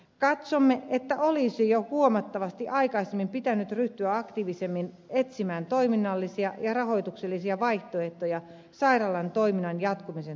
katsomme että olisi jo huomattavasti aikaisemmin pitänyt ryhtyä aktiivisemmin etsimään toiminnallisia ja rahoituksellisia vaihtoehtoja sairaalan toiminnan jatkumisen turvaamiseksi